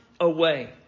away